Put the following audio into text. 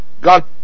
God